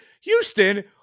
Houston